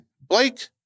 Blake